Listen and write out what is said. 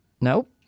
Nope